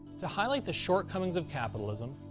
to highlight the shortcomings of capitalism,